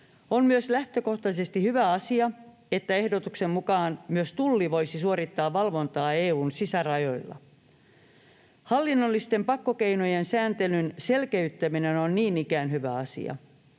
On lähtökohtaisesti hyvä asia, että ehdotuksen mukaan myös Tulli voisi suorittaa valvontaa EU:n sisärajoilla. Hallinnollisten pakkokeinojen sääntelyn selkeyttäminen on niin ikään hyvä asia.